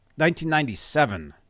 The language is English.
1997